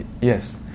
yes